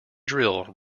drill